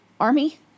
army